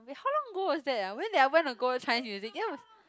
wait how long ago was that ah when did I wanna go Chinese music that was